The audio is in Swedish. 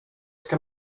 ska